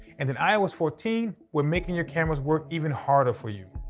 and in ios fourteen, we're making your cameras work even harder for you.